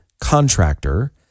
contractor